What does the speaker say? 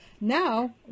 now